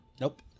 Nope